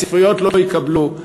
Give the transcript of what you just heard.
הספריות לא יקבלו.